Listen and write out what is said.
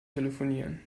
telefonieren